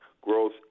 growth